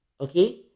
Okay